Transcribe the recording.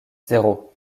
zéro